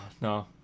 no